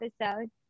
episode